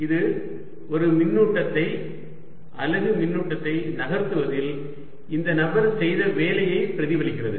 இது ஒரு மின்னூட்டத்தை அலகு மின்னூட்டத்தை நகர்த்துவதில் இந்த நபர் செய்த வேலையை பிரதிபலிக்கிறது